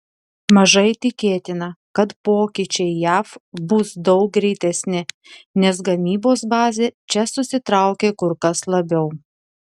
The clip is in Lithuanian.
mažai tikėtina kad pokyčiai jav bus daug greitesni nes gamybos bazė čia susitraukė kur kas labiau